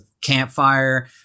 campfire